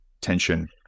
tension